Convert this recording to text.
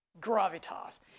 Gravitas